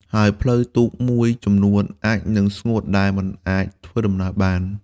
ហើយផ្លូវទូកមួយចំនួនអាចនឹងស្ងួតដែលមិនអាចធ្វើដំណើរបាន។